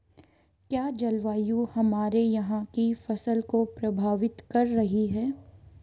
क्या जलवायु हमारे यहाँ की फसल को प्रभावित कर रही है?